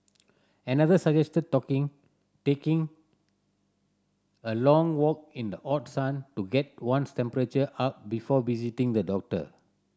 another suggested talking taking a long walk in the hot sun to get one's temperature up before visiting the doctor